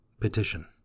Petition